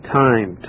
time